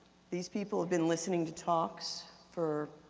these people have been listening to talks for,